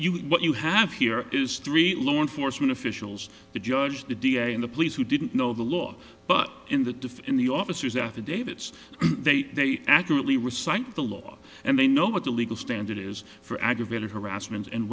you what you have here is three law enforcement officials the judge the da and the police who didn't know the law but in the in the officers affidavits they they accurately recite the law and they know what the legal standard is for aggravated harassment and